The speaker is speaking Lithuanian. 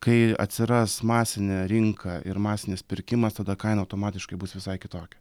kai atsiras masinė rinka ir masinis pirkimas tada kaina automatiškai bus visai kitokia